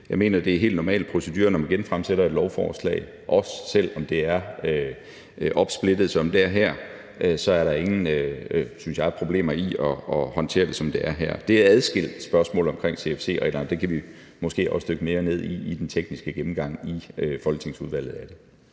Jeg mener, det er helt normal procedure, når man fremsætter et lovforslag. Selv om det er opsplittet, som det er her, er der ingen, synes jeg, problemer i at håndtere det, som det er håndteret her. Det adskilte spørgsmål om CFC-reglerne kan vi måske også dykke mere ned i i den tekniske gennemgang i folketingsudvalget. Kl.